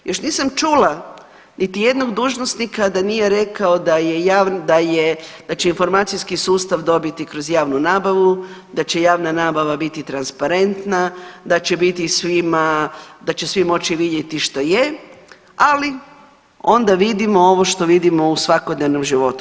Još nisam čula niti jednog dužnosnika da nije rekao da je, da će informacijski sustav dobiti kroz javnu nabavu, da će javna nabava biti transparentna, da će biti svima, da će svi moći vidjeti što je, ali onda vidimo ovo što vidimo u svakodnevnom životu.